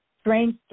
strange